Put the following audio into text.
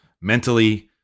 mentally